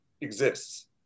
exists